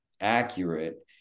accurate